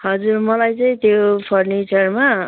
हजुर मलाई चाहिँ त्यो फर्निचरमा